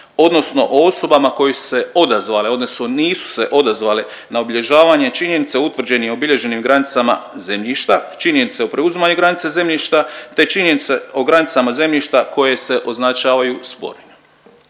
odnosno osobama koje su se odazvale, odnosno nisu se odazvale na obilježavanje činjenica utvrđenih obilježenim granicama zemljišta, činjenice o preuzimanju granica zemljišta, te činjenice o granicama zemljišta koje se označavaju spornima.